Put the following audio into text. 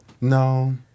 No